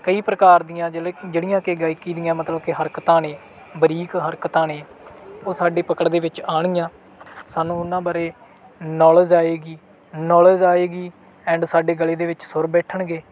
ਕਈ ਪ੍ਰਕਾਰ ਦੀਆਂ ਜਿਲ ਜਿਹੜੀਆਂ ਕਿ ਗਾਇਕੀ ਦੀਆਂ ਮਤਲਬ ਕਿ ਹਰਕਤਾਂ ਨੇ ਬਰੀਕ ਹਰਕਤਾਂ ਨੇ ਉਹ ਸਾਡੇ ਪਕੜ ਦੇ ਵਿੱਚ ਆਣਗੀਆਂ ਸਾਨੂੰ ਉਹਨਾਂ ਬਾਰੇ ਨੋਲਜ ਆਏਗੀ ਨੋਲਜ ਆਏਗੀ ਐਂਡ ਸਾਡੇ ਗਲੇ ਦੇ ਵਿੱਚ ਸੁਰ ਬੈਠਣਗੇ